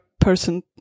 person